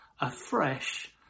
afresh